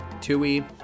Tui